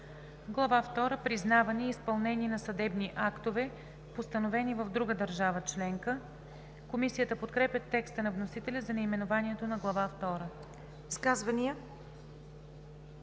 втора – Признаване и изпълнение на съдебни актове, постановени в друга държава членка“. Комисията подкрепя текста на вносителя за наименованието на Глава втора.